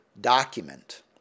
document